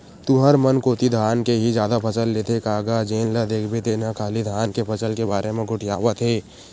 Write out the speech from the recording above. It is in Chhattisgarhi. तुंहर मन कोती धान के ही जादा फसल लेथे का गा जेन ल देखबे तेन ह खाली धान के फसल के बारे म गोठियावत हे?